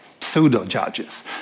pseudo-judges